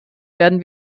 werden